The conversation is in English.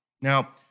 Now